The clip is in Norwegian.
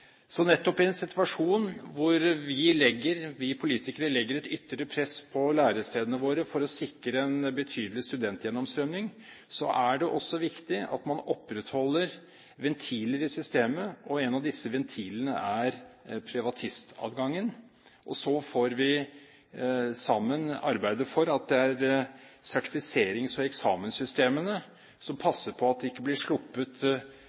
Så nettopp i en situasjon hvor vi politikere legger et ytre press på lærestedene våre for å sikre en betydelig studentgjennomstrømming, er det også viktig at man opprettholder ventiler i systemet, og en av disse ventilene er privatistadgangen. Så får vi sammen arbeide for at det er sertifiserings- og eksamenssystemene som passer på at det ikke blir sluppet